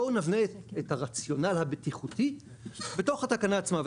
בואו נבנה את הרציונל הבטיחותי בתוך התקנה עצמה.